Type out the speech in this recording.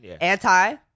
anti